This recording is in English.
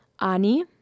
Ani